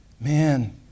Man